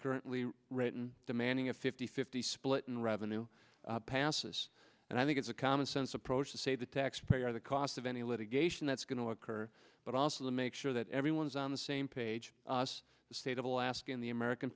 currently written demanding a fifty fifty split in revenue passes and i think it's a commonsense approach to say the taxpayer the cost of any litigation that's going to occur but also the make sure that everyone is on the same page as the state of alaska in the american